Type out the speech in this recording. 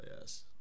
yes